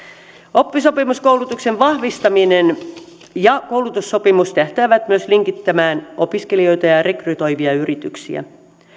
oppisopimuskoulutuksen vahvistaminen ja koulutussopimus tähtäävät myös linkittämään opiskelijoita ja rekrytoivia yrityksiä